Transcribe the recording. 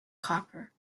copper